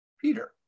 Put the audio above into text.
Peter